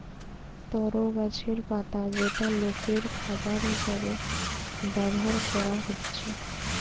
তরো গাছের পাতা যেটা লোকের খাবার হিসাবে ব্যভার কোরা হচ্ছে